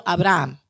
Abraham